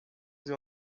sie